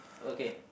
okay